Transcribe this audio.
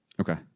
Okay